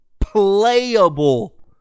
playable